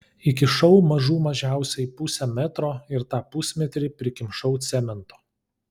įkišau mažų mažiausiai pusę metro ir tą pusmetrį prikimšau cemento